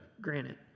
granite